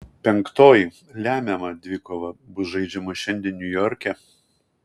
penktoji lemiama dvikova bus žaidžiama šiandien niujorke